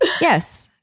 yes